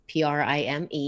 prime